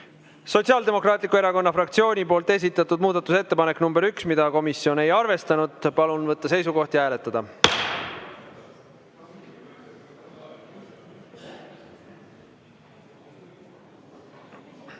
Sotsiaaldemokraatliku Erakonna fraktsiooni esitatud muudatusettepanek nr 1, mida komisjon ei arvestanud. Palun võtta seisukoht ja hääletada!